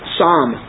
Psalm